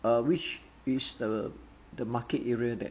uh which is the the market area that